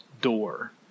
door